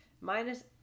Minus